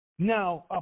Now